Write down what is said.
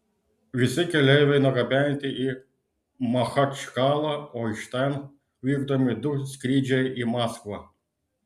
visi keleiviai nugabenti į machačkalą o iš ten vykdomi du skrydžiai į maskvą